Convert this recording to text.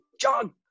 John